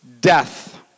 death